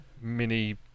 mini